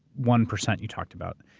one percent you talked about.